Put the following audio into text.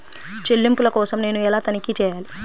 చెల్లింపుల కోసం నేను ఎలా తనిఖీ చేయాలి?